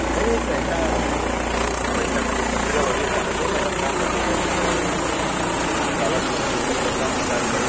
नहीं नहीं ऐसा हमेशा नहीं होता मैडम अभी अचानक हो गया मैडम काम बताइए अभी मैं वो ताला खोल के वो सब देता हूँ निकाल के